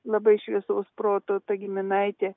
labai šviesaus proto ta giminaitė